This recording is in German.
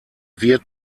wird